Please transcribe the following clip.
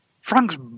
Frank's